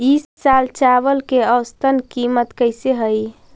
ई साल चावल के औसतन कीमत कैसे हई?